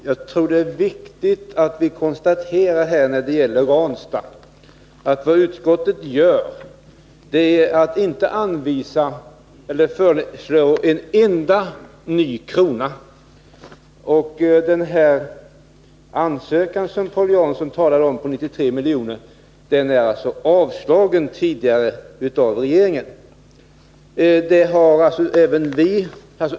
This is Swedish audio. Fru talman! Jag tror att det när det gäller Ranstad är viktigt att konstatera att vad utskottet gör är att inte anvisa eller föreslå en enda ny krona i anslag. Den ansökan om 93 miljoner som Paul Jansson talade om har tidigare avslagits av regeringen.